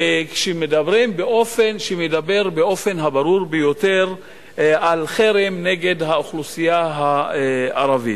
שמדבר באופן הברור ביותר על חרם נגד האוכלוסייה הערבית.